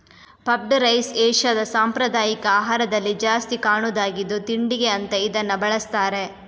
puffed rice ಏಷ್ಯಾದ ಸಾಂಪ್ರದಾಯಿಕ ಆಹಾರದಲ್ಲಿ ಜಾಸ್ತಿ ಕಾಣುದಾಗಿದ್ದು ತಿಂಡಿಗೆ ಅಂತ ಇದನ್ನ ಬಳಸ್ತಾರೆ